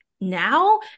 now